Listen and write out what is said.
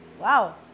wow